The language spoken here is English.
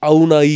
Auna